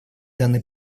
данный